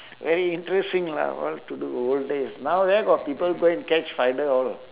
very interesting lah what to do old days now where got people go catch and spider all